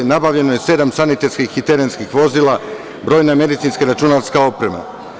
Nabavljeno je sedam sanitetskih i terenskih vozila, brojna medicinska i računarska oprema.